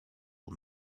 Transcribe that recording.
old